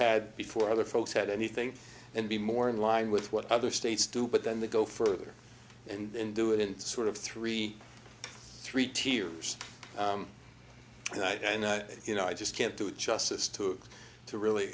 had before other folks had anything and be more in line with what other states do but then they go further and then do it in sort of three three tiers and i know you know i just can't do justice to it to really